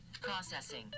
Processing